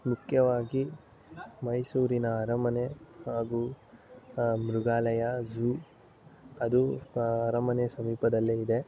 ಮುಖ್ಯವಾಗಿ ಮೈಸೂರಿನ ಅರಮನೆ ಹಾಗೂ ಮೃಗಾಲಯ ಜೂ ಅದು ಅರಮನೆ ಸಮೀಪದಲ್ಲೇ ಇದೆ